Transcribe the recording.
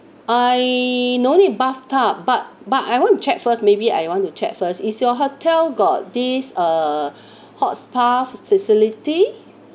I no need bathtub but but I want to check first maybe I want to check first is your hotel got this uh hot spa facility